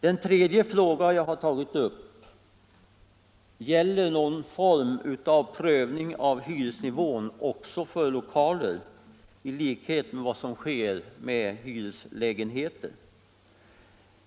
Den tredje fråga som jag har tagit upp gäller någon form av prövning av hyresnivån också för lokaler, i likhet med vad som sker i fråga om hyreslägenheter.